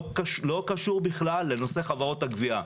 לא קשור בכלל לנושא חברות הגבייה.